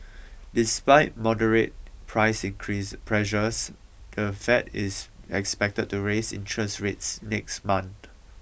despite moderate price increase pressures the Fed is expected to raise interest rates next month